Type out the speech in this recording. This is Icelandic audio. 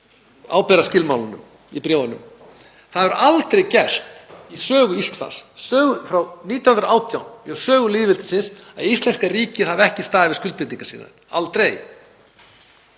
ábyrgðarskilmálunum í bréfunum. Það hefur aldrei gerst í sögu Íslands, sögu frá 1918, í sögu lýðveldisins að íslenska ríkið hafi ekki staðið við skuldbindingar sínar — aldrei.